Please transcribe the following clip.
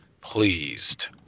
pleased